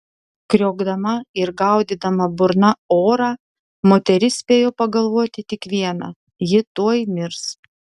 kriokdama ir gaudydama burna orą moteris spėjo pagalvoti tik viena ji tuoj mirs